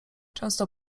często